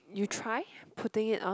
you try putting it on